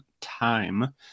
time